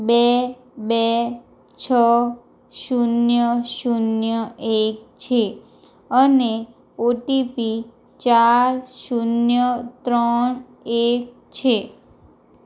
બે બે છ શૂન્ય શૂન્ય એક છે અને ઓટીપી ચાર શૂન્ય ત્રણ એક છે